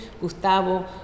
Gustavo